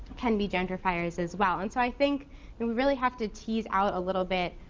can be gentrifiers as well. and so i think that we really have to tease out a little bit